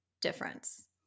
difference